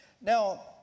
Now